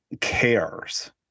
cares